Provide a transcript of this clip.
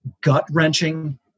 gut-wrenching